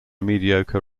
mediocre